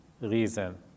reason